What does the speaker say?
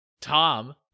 Tom